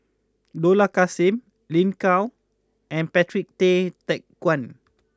Dollah Kassim Lin Gao and Patrick Tay Teck Guan